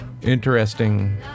Interesting